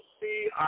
see